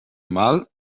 mal